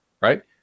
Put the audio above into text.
right